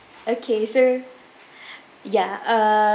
okay so ya uh